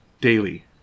daily